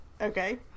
Okay